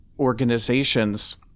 organizations